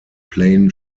plain